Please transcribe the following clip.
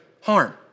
harm